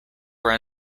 were